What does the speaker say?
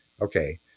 okay